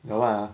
the what ah